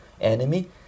enemy